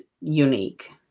unique